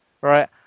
right